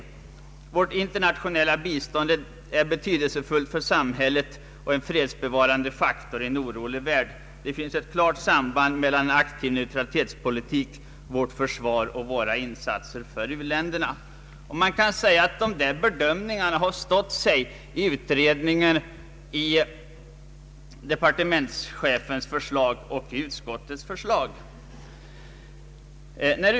Vårt internationella bistånd är betydelsefullt för samhället och en fredsbevarande faktor i en orolig värld, Det finns ett klart samband mellan en aktiv neutralitetspolitik, vårt försvar och våra insatser för u-länderna.” Man kan säga att dessa bedömningar har stått sig i utredningens och departementschefens förslag liksom i utskottsutlåtandet.